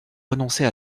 renoncer